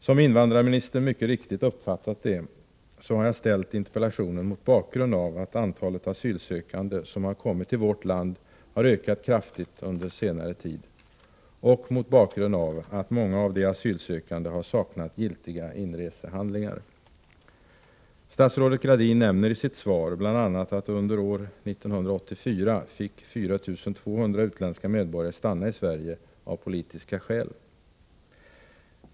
Som invandrarministern mycket riktigt uppfattat det, så har jag ställt interpellationen mot bakgrund av att antalet asylsökande som har kommit till vårt land har ökat kraftigt under senare tid och mot bakgrund av att många av de asylsökande har saknat giltiga inresehandlingar. Statsrådet Gradin nämner i sitt svar bl.a. att under år 1984 fick 4 200 utländska medborgare stanna i Sverige av politiska skäl.